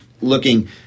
looking